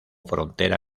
frontera